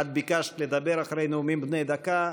את ביקשת לדבר אחרי נאומים בני דקה,